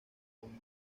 con